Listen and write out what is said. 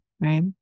right